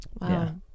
Wow